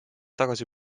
tagasi